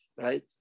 right